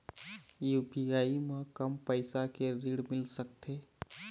UPI म कम पैसा के ऋण मिल सकथे?